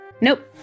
Nope